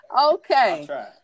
Okay